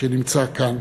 שנמצא כאן,